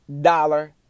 dollar